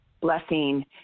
blessing